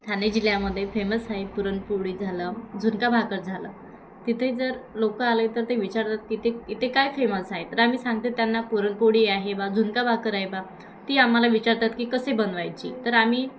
ठाणे जिल्ह्यामध्ये फेमस आहे पुरणपोळी झालं झुणका भाकर झालं तिथे जर लोकं आले तर ते विचारतात की ते इथे काय फेमस आहे तर आम्ही सांगते त्यांना पुरणपोळी आहे बा झुणका भाकर आहे बा ती आम्हाला विचारतात की कसे बनवायची तर आम्ही